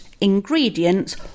ingredients